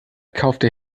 kaufte